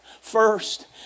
First